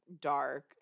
dark